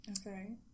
Okay